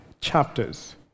chapters